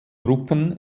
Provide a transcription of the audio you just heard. gruppen